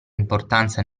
importanza